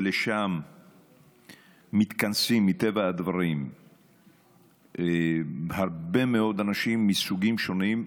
ולשם מתכנסים מטבע הדברים הרבה מאוד אנשים מסוגים שונים,